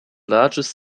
largest